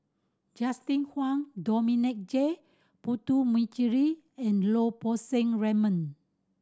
Justin Zhuang Dominic J Puthucheary and Lau Poo Seng Raymond